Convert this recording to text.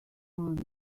months